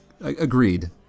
Agreed